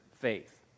faith